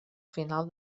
final